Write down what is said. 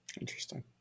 Interesting